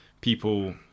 people